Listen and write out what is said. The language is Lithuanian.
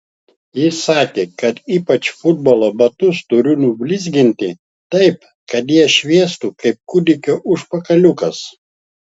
jis sakė kad ypač futbolo batus turiu nublizginti taip kad jie šviestų kaip kūdikio užpakaliukas